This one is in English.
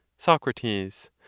Socrates